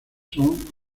son